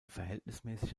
verhältnismäßig